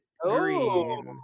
green